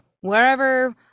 wherever